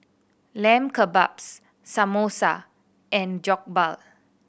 Lamb Kebabs Samosa and Jokbal